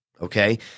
Okay